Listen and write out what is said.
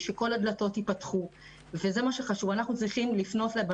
חשוב שכל הדלתות ייפתחו.